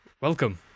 Welcome